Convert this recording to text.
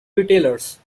retailers